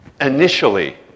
Initially